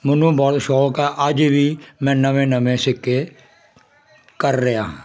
ਮੈਨੂੰ ਬਹੁਤ ਸ਼ੌਕ ਆ ਅੱਜ ਵੀ ਮੈਂ ਨਵੇਂ ਨਵੇਂ ਸਿੱਕੇ ਕਰ ਰਿਹਾ ਹਾਂ